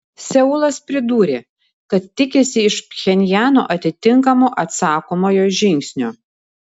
seulas pridūrė kad tikisi iš pchenjano atitinkamo atsakomojo žingsnio